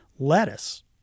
lettuce